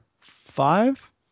five